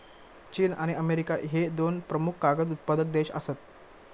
चीन आणि अमेरिका ह्ये दोन प्रमुख कागद उत्पादक देश आसत